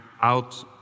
out